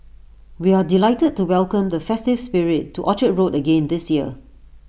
we are delighted to welcome the festive spirit to Orchard road again this year